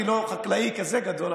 אני לא חקלאי כזה גדול,